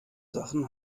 sachen